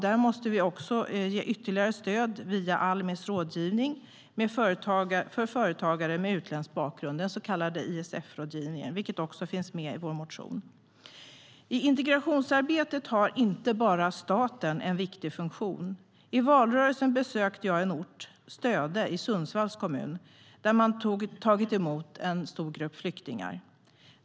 Där måste vi ge ytterligare stöd via Almis rådgivning för företagare med utländsk bakgrund, den så kallade ISF-rådgivningen, vilket också finns med i vår motion.I integrationsarbetet har inte bara staten en viktig funktion. I valrörelsen besökte jag en ort, Stöde i Sundsvalls kommun, som tagit emot en stor grupp flyktingar.